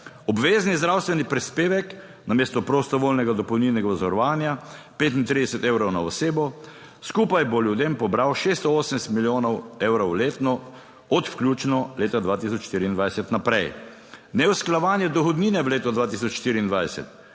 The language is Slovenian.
Obvezni zdravstveni prispevek namesto prostovoljnega dopolnilnega zavarovanja 35 evrov na osebo, skupaj bo ljudem pobral 680 milijonov evrov letno od vključno leta 2024 naprej, neusklajevanje dohodnine v letu 2024,